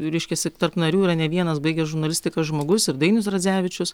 vyriškis ir tarp narių yra ne vienas baigęs žurnalistiką žmogus ir dainius radzevičius